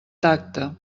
tacte